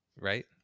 Right